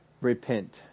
repent